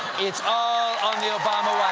it's all on the obama